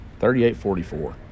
38-44